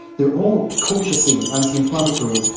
they're all culture scene, anti-inflammatory,